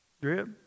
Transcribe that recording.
Drip